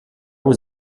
was